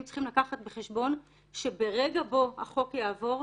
צריכים לקחת בחשבון שברגע בו החוק יעבור,